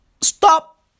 stop